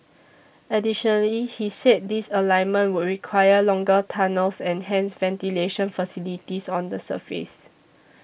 additionally he said this alignment will require longer tunnels and hence ventilation facilities on the surface